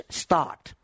start